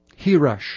Hirash